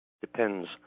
depends